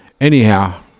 Anyhow